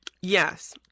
Yes